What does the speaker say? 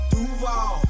Duval